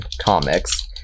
comics